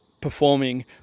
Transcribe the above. performing